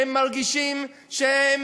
שהם מרגישים,